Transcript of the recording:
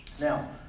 Now